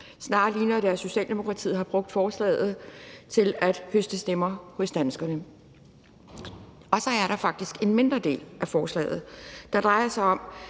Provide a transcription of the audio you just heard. Snarere ligner det, at Socialdemokratiet har brugt forslaget til at høste stemmer hos danskerne. Så er der faktisk en mindre del af forslaget, der drejer sig om,